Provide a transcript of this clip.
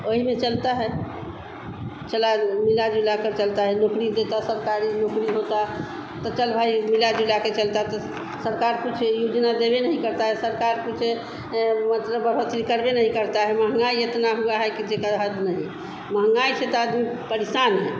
वही में चलता है चला मिला जुलाकर चलता है नौकरी देती सरकारी नौकरी होती तो चल भाई मिला जुलाकर चलता तो सरकार कुछ योजना देबे नहीं करती है सरकार कुछ मतलब बढ़ोतरी करबे नहीं करता है महँगाई इतना हुआ है कि जेकर हद नहीं महँगाई से तो आदमी परेशान है